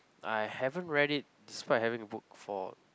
I haven't read it despite having the book for